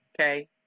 Okay